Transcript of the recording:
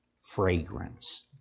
fragrance